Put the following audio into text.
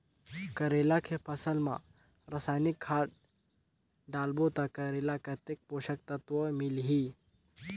करेला के फसल मा रसायनिक खाद डालबो ता करेला कतेक पोषक तत्व मिलही?